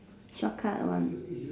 shortcut one